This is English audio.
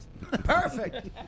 Perfect